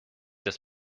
des